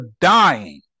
dying